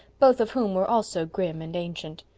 both of whom were also grim and ancient.